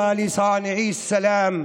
"אשרי רודפי שלום,